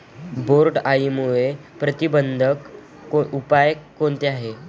बोंडअळीसाठी प्रतिबंधात्मक उपाय कोणते आहेत?